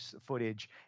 footage